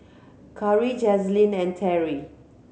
Karri Jazlynn and Teri